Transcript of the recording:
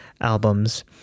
albums